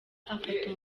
afata